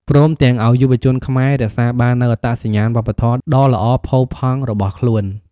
ព្រមទាំងឲ្យយុវជនខ្មែររក្សាបាននូវអត្តសញ្ញាណវប្បធម៌ដ៏ល្អផូរផង់របស់ខ្លួន។